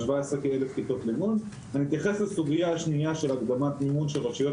ובכל שנה בסכומים ובמספר כיתות בינוי שאנחנו מאשרים היום